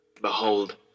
Behold